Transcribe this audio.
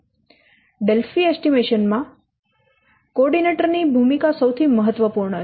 Delphi estimation માં coordinator ની ભૂમિકા સૌથી મહત્વપૂર્ણ છે